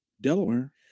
Delaware